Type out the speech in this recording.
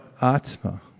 Atma